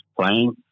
playing